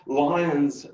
lions